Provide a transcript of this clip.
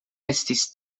estis